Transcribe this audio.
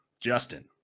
Justin